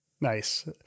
Nice